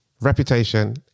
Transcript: reputation